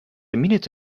minute